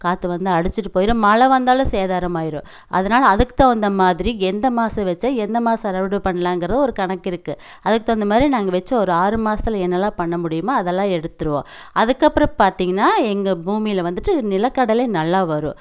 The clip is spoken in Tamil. காற்று வந்து அடிச்சிகிட்டு போயிரும் மழை வந்தாலும் சேதாரம் ஆயிரும் அதனால அதுக்கு தகுந்த மாதிரி எந்த மாதம் வச்சா எந்த மாதம் அறுவடு பண்ணலாங்கிற ஒரு கணக்கு இருக்கு அதுக்கு தகுந்த மாதிரி நாங்கள் வச்சு ஒரு ஆறு மாதத்துல என்ன எல்லாம் பண்ண முடியுமோ அதெல்லாம் எடுத்துருவோம் அதுக்கப்புறோம் பார்த்தீங்கன்னா எங்கள் பூமியில வந்துவிட்டு நிலக்கடலை நல்லா வரும்